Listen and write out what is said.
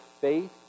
faith